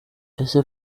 ese